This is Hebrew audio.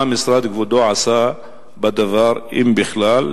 מה משרד כבודו עשה בדבר, אם בכלל?